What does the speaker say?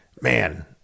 Man